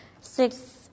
six